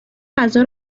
فضا